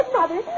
Mother